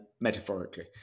metaphorically